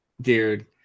dude